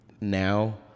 now